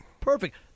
Perfect